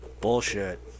Bullshit